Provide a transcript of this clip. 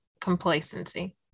complacency